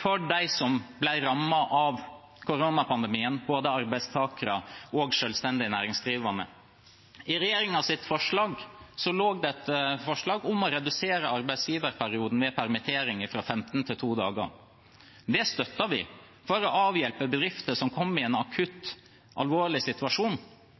for dem som ble rammet av koronapandemien – både arbeidstakere og selvstendig næringsdrivende. I regjeringens forslag lå det et forslag om å redusere arbeidsgiverperioden ved permittering fra 15 til 2 dager. Det støttet vi for å avhjelpe bedrifter som kom i en akutt, alvorlig situasjon,